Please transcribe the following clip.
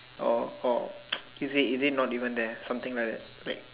or or is it is it not even there something like that